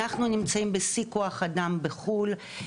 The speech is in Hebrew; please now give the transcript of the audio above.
אנחנו נמצאים בשיא כוח אדם בחו"ל,